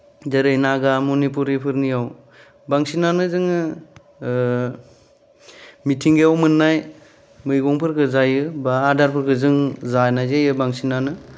जेरै नागा मणिपुरिफोरनियाव बांसिनानो जोङो ओ मिथिंगायाव मोन्नाय मैगंफोरखो जायो बा आदारफोरखो जों जानाय जायो बांसिनानो